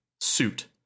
suit